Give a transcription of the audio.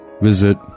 visit